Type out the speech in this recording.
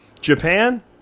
Japan